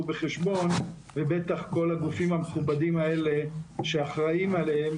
בחשבון ובטח כל הגופים המכובדים שאחראיים עליהם.